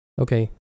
okay